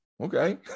Okay